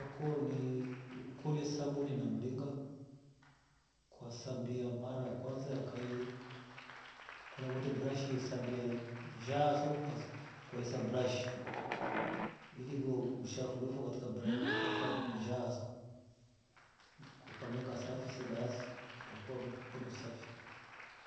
Ukoni sabanu na mringa ukasambia mara ya kwanza ya kaili kwala wete brashi ukasambia njaa so ukaisa brashi ili idua ushafu katika njaa so ukaika mringa safi see basi utakua mkono safi.